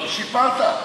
שיפרת?